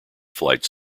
flights